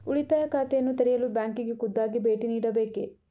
ಉಳಿತಾಯ ಖಾತೆಯನ್ನು ತೆರೆಯಲು ಬ್ಯಾಂಕಿಗೆ ಖುದ್ದಾಗಿ ಭೇಟಿ ನೀಡಬೇಕೇ?